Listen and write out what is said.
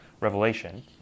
revelation